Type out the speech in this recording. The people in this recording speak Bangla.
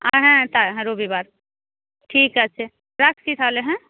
আর হ্যাঁ তা হ্যাঁ রবিবার ঠিক আছে রাখছি তাহলে হ্যাঁ